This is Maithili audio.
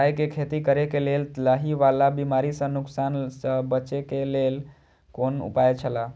राय के खेती करे के लेल लाहि वाला बिमारी स नुकसान स बचे के लेल कोन उपाय छला?